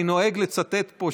אני נוהג לצטט פה,